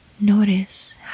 notice